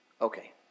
Okay